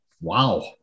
Wow